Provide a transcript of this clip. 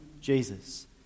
Jesus